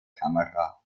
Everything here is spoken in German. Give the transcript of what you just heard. kamera